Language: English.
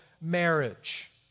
marriage